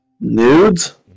Nudes